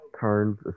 turns